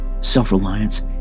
self-reliance